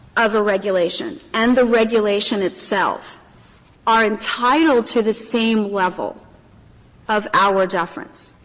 of a regulation and the regulation itself are entitled to the same level of auer deference.